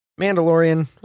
Mandalorian